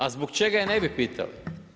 A zbog čega je ne bi pitali?